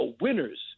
winners